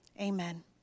Amen